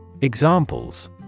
Examples